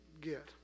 get